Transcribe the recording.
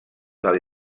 del